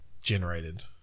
generated